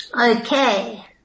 Okay